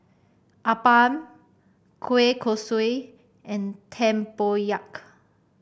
appam Kueh Kosui and tempoyak